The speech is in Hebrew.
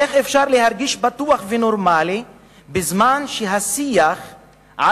איך אפשר להרגיש בטוח ונורמלי בזמן שהשיח על